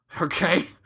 Okay